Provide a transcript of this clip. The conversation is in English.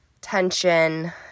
tension